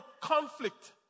conflict